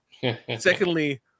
Secondly